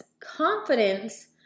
confidence